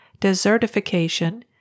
desertification